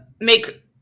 make